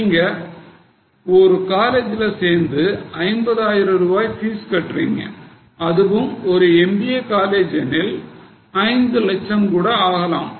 நீங்க ஒரு காலேஜ்ல சேர்ந்து 50 ஆயிரம் ரூபாய் பீஸ் கட்டுகிறீர்கள் அதுவும் ஒரு எம்பிஏ காலேஜ் எனில் 5 லட்சம் ஆக கூட இருக்கலாம்